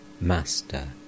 Master